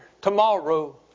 tomorrow